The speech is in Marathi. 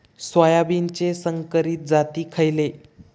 सोयाबीनचे संकरित जाती खयले?